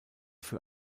für